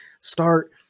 start